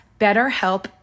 BetterHelp